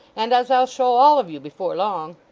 and as i'll show all of you before long